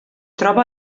troba